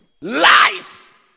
lies